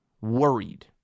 worried